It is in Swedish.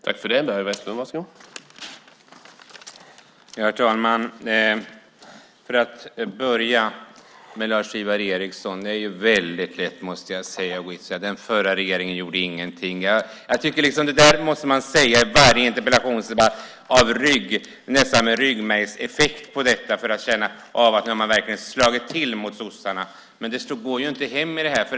Herr talman! Jag ska först vända mig till Lars-Ivar Ericson. Jag måste säga att det är väldigt lätt att säga att den förra regeringen inte gjorde någonting. Det måste man säga i varje interpellationsdebatt. Det är nästan en ryggmärgsreflex. Man känner att man verkligen har slagit till mot sossarna. Men det går inte hem i detta sammanhang.